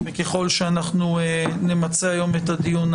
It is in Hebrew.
ככל שנמצה היום את הדיון,